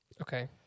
Okay